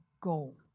goal